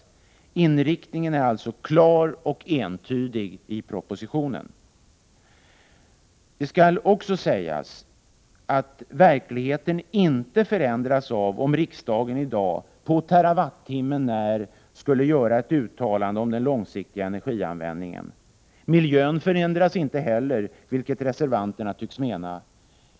Inriktningen är alltså klar och entydig i propositionen. Det skall också sägas att verkligheten inte förändras av om riksdagen i dag på terawattimmen när skulle göra ett uttalande om den långsiktiga energianvändningen. Miljön förändras inte heller, vilket reservanterna tycks mena.